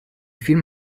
film